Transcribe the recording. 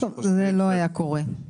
לא עובד רשות מקומית ולא עובד שמזוהה עם האדם.